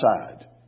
side